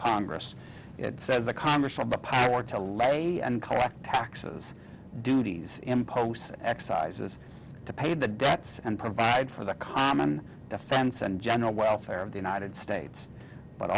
congress says the congress of the power to lay and collect taxes duties imposts and excises to pay the debts and provide for the common defense and general welfare of the united states but